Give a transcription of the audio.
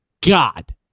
God